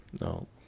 No